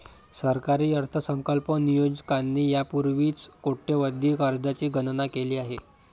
सरकारी अर्थसंकल्प नियोजकांनी यापूर्वीच कोट्यवधी कर्जांची गणना केली आहे